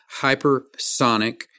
hypersonic